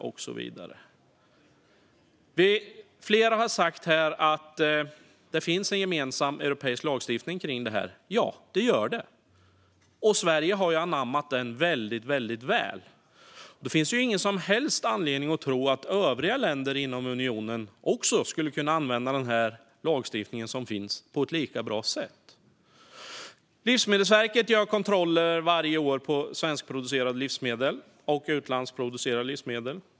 Flera här har sagt att det finns en gemensam europeisk lagstiftning om detta. Ja, det gör det, och Sverige har anammat den väldigt väl. Det finns ingen som helst anledning att tro att inte övriga länder inom unionen också skulle kunna använda den lagstiftning som finns på ett lika bra sätt. Livsmedelsverket gör kontroller varje år på svenskproducerade livsmedel och utlandsproducerade livsmedel.